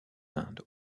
inde